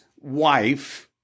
wife